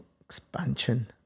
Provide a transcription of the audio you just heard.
expansion